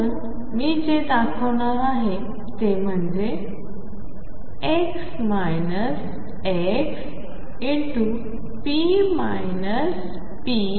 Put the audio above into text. म्हणून मी जे दाखवणार आहे ते म्हणजे ⟨x ⟨x⟩p ⟨p⟩⟩